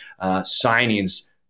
signings